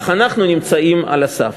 אך אנחנו נמצאים על הסף".